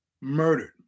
Murdered